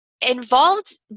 involved